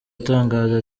atangaza